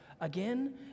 again